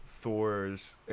Thor's